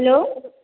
hello